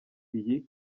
iyi